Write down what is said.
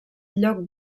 lloc